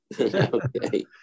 Okay